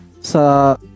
sa